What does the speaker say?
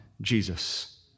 Jesus